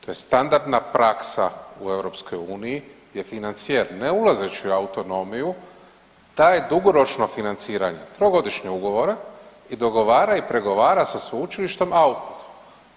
To je standardna praksa u EU gdje financijer ne ulazeći u autonomiju daje dugoročno financiranje, trogodišnje ugovora i dogovara i pregovara sa sveučilištem out.